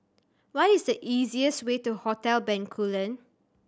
what is the easiest way to Hotel Bencoolen